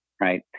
right